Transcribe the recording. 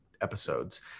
episodes